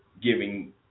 giving